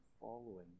following